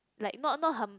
like not not her